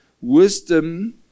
wisdom